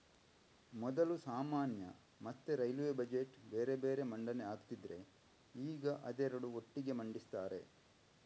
ಮೊದಲು ಸಾಮಾನ್ಯ ಮತ್ತೆ ರೈಲ್ವೇ ಬಜೆಟ್ ಬೇರೆ ಬೇರೆ ಮಂಡನೆ ಆಗ್ತಿದ್ರೆ ಈಗ ಅದೆರಡು ಒಟ್ಟಿಗೆ ಮಂಡಿಸ್ತಾರೆ